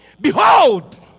Behold